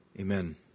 Amen